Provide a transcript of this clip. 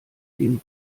den